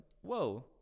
whoa